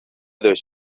dos